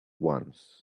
once